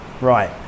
Right